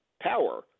power